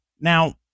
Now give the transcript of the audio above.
Now